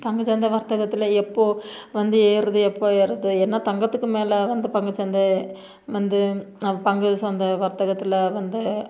பங்குச் சந்தை வர்த்தகத்தில் எப்போது வந்து ஏறுது எப்போது ஏறுது என்ன தங்கத்துக்கு மேலே வந்து பங்குச் சந்தை வந்து பங்கு சந்தை வர்த்தகத்தில் வந்து